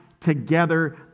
together